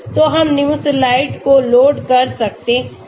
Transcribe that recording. तो हम Nimesulide को लोड कर सकते हैं